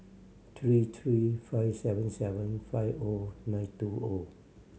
three three five seven seven five O nine two O